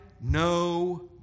no